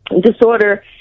disorder